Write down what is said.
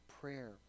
prayer